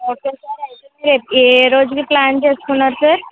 okay sir అయితే మీరు ఏ రోజుకి ప్లాన్ చేసుకున్నారు సార్